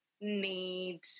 need